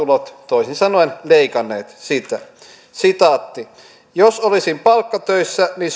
pääomatulot toisin sanoen leikanneet sitä jos olisin palkkatöissä niin